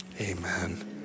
Amen